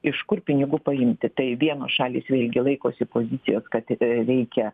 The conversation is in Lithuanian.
iš kur pinigų paimti tai vienos šalys vėl gi laikosi pozicijos kad reikia